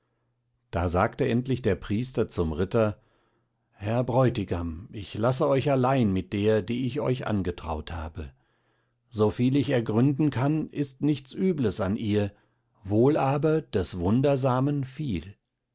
da sagte endlich der priester zum ritter herr bräutigam ich lasse euch allein mit der die ich euch angetraut habe soviel ich ergründen kann ist nichts übles an ihr wohl aber des wundersamen viel